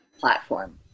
platform